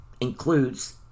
includes